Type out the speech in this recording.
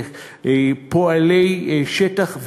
פועלי שטח,